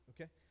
okay